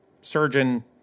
surgeon